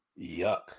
Yuck